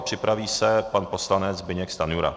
Připraví se pan poslanec Zbyněk Stanjura.